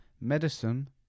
Medicine